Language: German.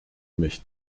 mich